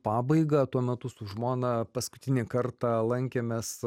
pabaigą tuo metu su žmona paskutinį kartą lankėmės